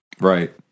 Right